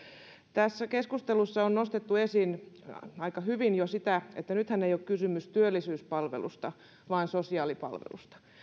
tässä keskustelussa on nostettu esiin aika hyvin jo sitä että nythän ei ole kysymys työllisyyspalvelusta vaan sosiaalipalvelusta